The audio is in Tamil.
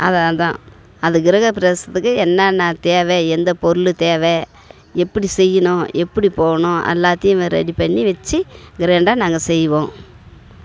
அதான் அதான் அந்த கிரகப்பிரவேசத்துக்கு என்னான்னா தேவை எந்த பொருள் தேவை எப்படி செய்யணும் எப்படி போகணும் எல்லாத்தையுமே ரெடி பண்ணி வச்சு க்ராண்டாக நாங்கள் செய்வோம்